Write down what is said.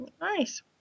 Nice